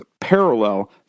parallel